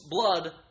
blood